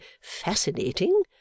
fascinating